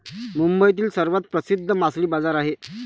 मुंबईतील सर्वात प्रसिद्ध मासळी बाजार आहे